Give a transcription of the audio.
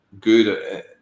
good